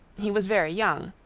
he was very young,